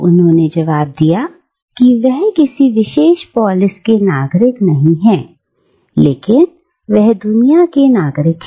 उसने जवाब दिया था कि वह किसी विशेष पोलिस का नागरिक नहीं था लेकिन वह दुनिया का नागरिक था